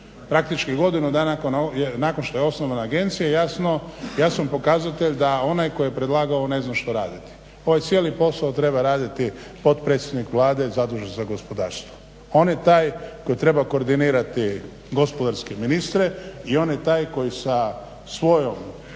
način godinu dana nakon što je osnovana agencija je jasan pokazatelj da onaj tko je predlagao ovo ne zna što raditi. Ovaj cijeli posao treba raditi potpredsjednik Vlade zadužen za gospodarstvo. On je taj koji treba koordinirati gospodarske ministre i on je taj koji sa svojom